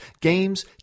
games